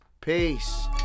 Peace